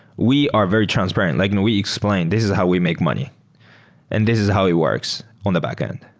we are very transparent. like and we explain, this is how we make money and this is how it works on the backend.